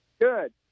Good